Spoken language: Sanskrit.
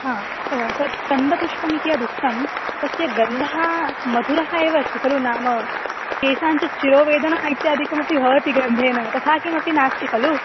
हा तत् गन्धपुष्पम् इति यदुक्तं तस्य गन्धः मधुरः एव अस्ति खलु नाम केषाञ्चित् शिरोवेदना इत्यादिकमपि भवति गन्धेन तथा किमपि नास्ति खलु